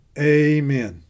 Amen